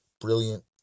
brilliant